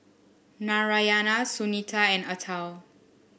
Narayana Sunita and Atal